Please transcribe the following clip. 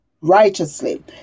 righteously